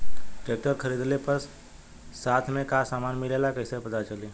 Tractor खरीदले पर साथ में का समान मिलेला कईसे पता चली?